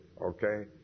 okay